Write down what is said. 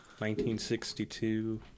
1962